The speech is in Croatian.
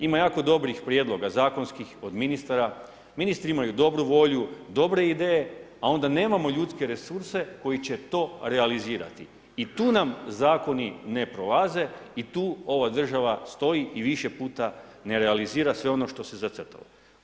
Ima jako dobrih prijedloga zakonskih kod ministara, ministri imaju dobru volju, dobre ideje, a onda nemamo ljudske resurse koji će to realizirati i tu nam zakoni ne prolaze i tu ova država stoji i više puta ne realizira sve ono što si zacrtala.